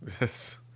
Yes